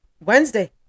Wednesday